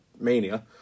mania